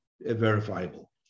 verifiable